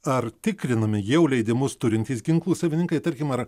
ar tikrinami jau leidimus turintys ginklų savininkai tarkim ar